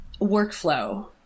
workflow